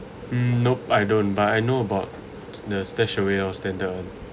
mm nope I don't but I know about the StashAway orh standard ones